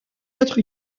être